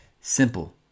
Simple